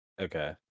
Okay